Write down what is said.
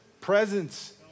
presence